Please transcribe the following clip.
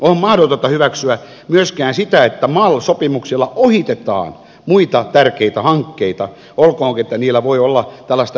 on mahdotonta hyväksyä myöskään sitä että mal sopimuksilla ohitetaan muita tärkeitä hankkeita olkoonkin että niillä voi olla yhteistyömerkitystä